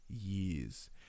years